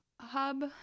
hub